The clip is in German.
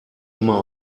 immer